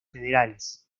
federales